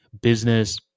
business